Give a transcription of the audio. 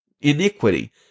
iniquity